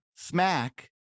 Smack